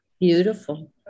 Beautiful